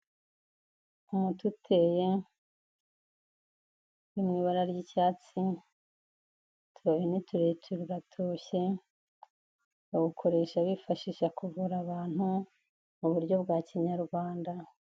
Umuti uteye, uri mu ibara ry'icyatsi, utubabi ni tureture uratoshye, bawukoresha bifashisha kuvura abantu, mu buryo bwa Kinyarwanda.